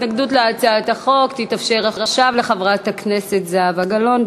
התנגדות להצעת החוק תתאפשר עכשיו לחברת הכנסת זהבה גלאון,